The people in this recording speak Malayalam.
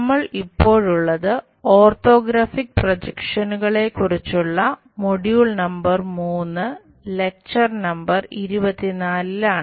നമ്മൾ ഇപ്പോഴുള്ളത് ഓർത്തോഗ്രാഫിക് പ്രൊജക്ഷനുകളെ കുറിച്ചുള്ള മൊഡ്യൂൾ നമ്പർ 24 ലാണ്